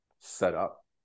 setup